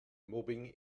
mobbing